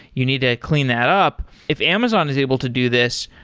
you need to clean that up. if amazon is able to do this,